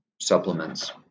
supplements